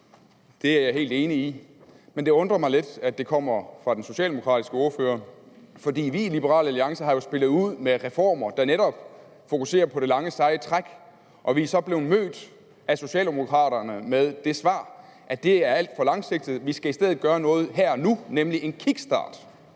Det er jeg helt enig i, men det undrer mig lidt, at det kommer fra den socialdemokratiske ordfører, for vi i Liberal Alliance har jo spillet ud med reformer, der netop fokuserer på det lange, seje træk, og vi er så blevet mødt af Socialdemokraterne med det svar, at det er alt for langsigtet, og at vi i stedet skal gøre noget her og nu, nemlig en kickstart.